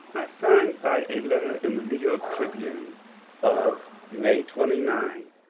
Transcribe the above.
i find by a letter in the new york tribune of may twenty nine,